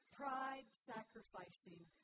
pride-sacrificing